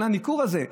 על הניכור הזה,